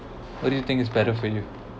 what do you think is better for you